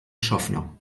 schaffner